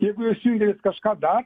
jeigu jūs jungiatės kažką dar